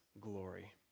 glory